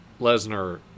Lesnar